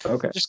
Okay